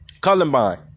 Columbine